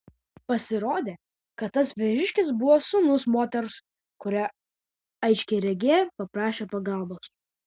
pasirodė kad tas vyriškis buvo sūnus moters kurią aiškiaregė paprašė pagalbos